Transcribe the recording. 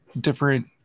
different